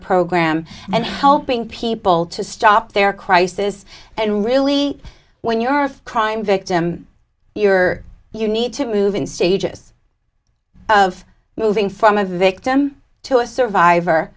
program and helping people to stop their crisis and really when you are a crime victim your you need to move in stages of moving from a victim to a survivor